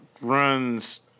runs